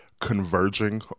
converging